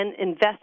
invest